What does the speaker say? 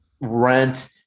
rent